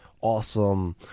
awesome